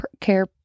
care